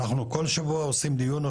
אנחנו כל שבוע עושים דיון,